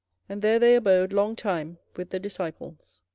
and there they abode long time with the disciples.